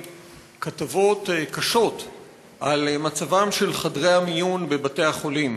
כתבות קשות על מצבם של חדרי המיון בבתי החולים.